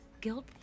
guilt